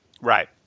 Right